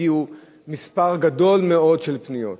הגיע מספר גדול מאוד של פניות.